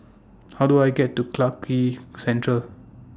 How Do I get to Clarke Quay Central